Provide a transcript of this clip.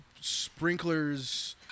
sprinklers